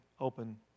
open